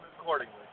accordingly